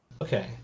Okay